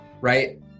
right